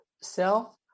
self